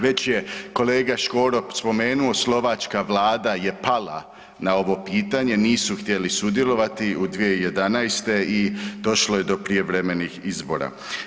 Već je kolega Škoro spomenuo, slovačka vlada je pala na ovo pitanje, nisu htjeli sudjelovati u 2011. i došlo je do prijevremenih izbora.